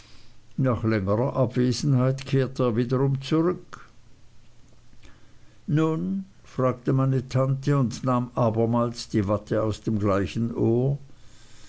nach längerer abwesenheit kehrte er wiederum zurück nun fragte meine tante und nahm abermals die watte aus dem gleichen ohr